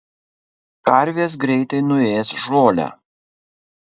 karvės greitai nuės žolę